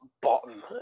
bottom